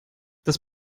das